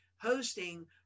hosting